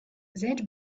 that